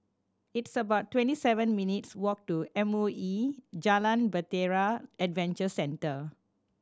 it's about twenty seven minutes' walk to M O E Jalan Bahtera Adventure Centre